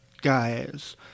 guys